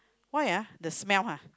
why ah the smell ha